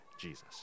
Jesus